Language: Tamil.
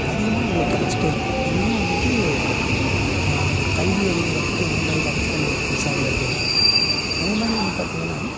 அதிகமாக உங்களுக்கு கிடைச்சிட்டே இருக்கும் இதுதான் வந்துட்டு கல்வி அறிவு வந்துட்டு எந்த மாதிரி வாழ்க்கையில் நமக்கு யூஸ் ஆகுது அப்படினு அதே மாதிரி வந்து பார்த்தீங்கனா